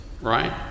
right